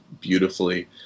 beautifully